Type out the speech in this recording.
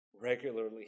regularly